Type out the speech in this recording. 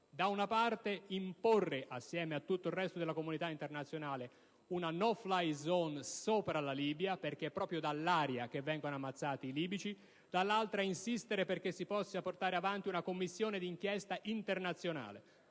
da una parte, imporre, assieme a tutto il resto della comunità internazionale, una *no fly zone* sopra la Libia, perché è proprio dall'aria che vengono ammazzati i libici; dall'altra, insistere perché si possa portare avanti una commissione d'inchiesta internazionale.